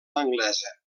anglesa